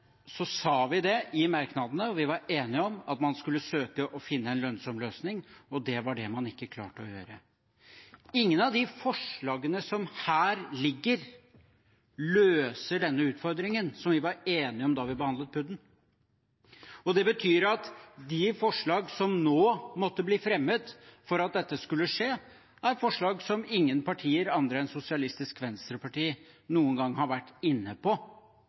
vi vært enig i. Men vi sa i merknadene og var enige om at man skulle søke å finne en lønnsom løsning, og det var det man ikke klarte å gjøre. Ingen av de forslagene som ligger her, løser den utfordringen vi var enige om da vi behandlet PUD-en. Det betyr at de forslagene som nå måtte bli fremmet for at dette skulle skje, er forslag som ingen andre partier enn Sosialistisk Venstreparti noen gang har vært inne på.